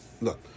Look